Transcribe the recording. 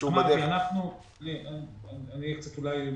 אני אהיה קצת יותר ברור.